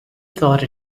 thought